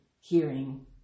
hearing